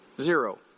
Zero